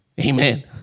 Amen